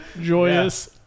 joyous